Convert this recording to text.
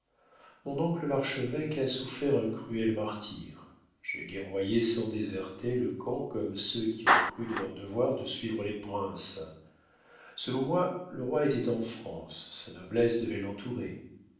mon oncle l'archevêque a souffert un cruel martyre j'ai guerroyé sans déserter le camp comme ceux qui ont cru de leur devoir de suivre les princes selon moi le roi était en france sa noblesse devait l'entourer